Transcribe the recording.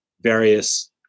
various